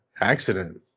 accident